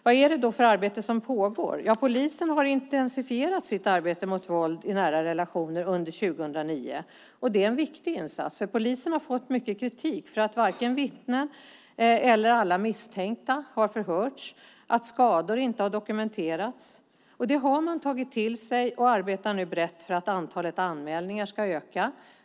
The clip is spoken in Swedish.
Vad är det då för arbete som pågår? Polisen har intensifierat sitt arbete mot våld i nära relationer under 2009. Det är en viktig insats, för polisen har fått mycket kritik för att varken vittnen eller alla misstänkta har förhörts och för att skador inte har dokumenterats. Detta har man tagit till sig, och man arbetar nu brett för att antalet anmälningar ska öka.